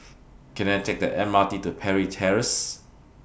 Can I Take The M R T to Parry Terrace